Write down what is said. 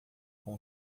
com